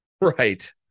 Right